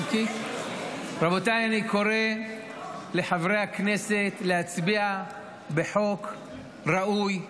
רבותיי, אני קורא לחברי הכנסת להצביע לחוק ראוי,